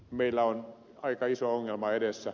meillä on aika iso ongelma edessä